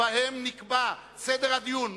שבה נקבע סדר הדיון,